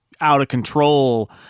out-of-control